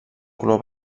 color